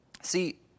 See